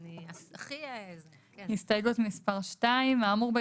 אני קוראת את הסתייגות מס' 2: 2. האמור בו